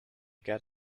get